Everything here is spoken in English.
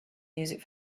music